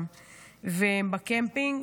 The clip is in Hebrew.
הם בקמפינג,